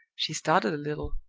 she started a little.